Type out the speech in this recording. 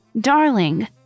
darling